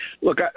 look